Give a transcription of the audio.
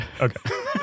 Okay